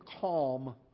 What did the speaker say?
calm